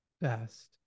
best